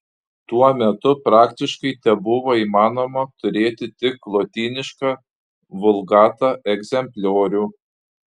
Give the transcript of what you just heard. tuo metu praktiškai tebuvo įmanoma turėti tik lotynišką vulgata egzempliorių